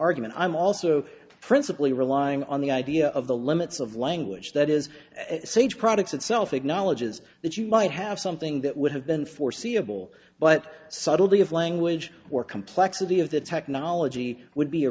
argument i'm also principally relying on the idea of the limits of language that is sage products itself acknowledges that you might have something that would have been foreseeable but subtlety of language or complexity of the technology would be a